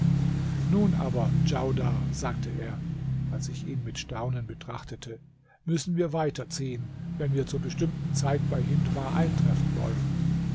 nun aber djaudar sagte er als ich ihn mit staunen betrachtete müssen wir weiter ziehen wenn wir zu bestimmten zeit bei hindmar eintreffen wollen